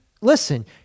listen